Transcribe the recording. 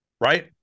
right